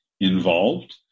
Involved